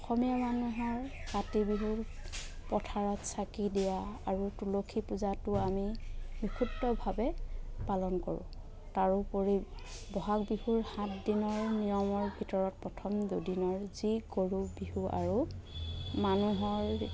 অসমীয়া মানুহৰ কাতি বিহুৰ পথাৰত চাকি দিয়া আৰু তুলসী পূজাতো আমি বিশুদ্ধভাৱে পালন কৰোঁ তাৰোপৰি ব'হাগ বিহুৰ সাত দিনৰ নিয়মৰ ভিতৰত প্ৰথম দুদিনৰ যি গৰুবিহু আৰু মানুহৰ